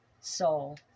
soul